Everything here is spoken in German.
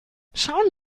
schauen